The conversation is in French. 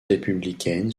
républicaine